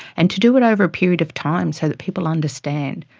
and to do it over a period of time so that people understand.